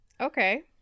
Okay